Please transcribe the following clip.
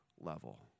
level